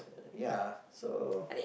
ya so